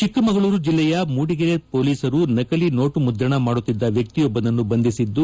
ಚಿಕ್ಕಮಗಳೂರು ಜಿಲ್ಲೆಯ ಮೂಡಿಗೆರೆ ಮೊಲೀಸರು ನಕಲಿ ನೋಟು ಮುದ್ರಣ ಮಾಡುತ್ತಿದ್ದ ವ್ಯಕ್ತಿಯೊಬ್ಬನನ್ನು ಬಂಧಿಸಿದ್ದು